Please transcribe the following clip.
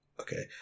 Okay